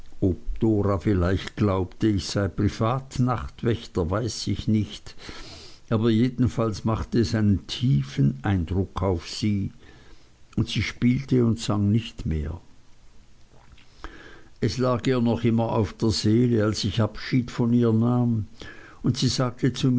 vielleicht glaubte ich sei privatnachtwächter weiß ich nicht aber jedenfalls machte es einen tiefen eindruck auf sie und sie spielte und sang nicht mehr es lag ihr immer noch auf der seele als ich abschied von ihr nahm und sie sagte zu